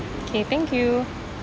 okay thank you